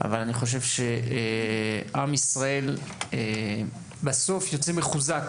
אבל אני חושב שעם ישראל בסוף יוצא מחוזק